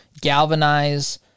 galvanize